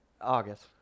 August